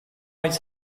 eyes